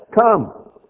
come